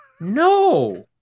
No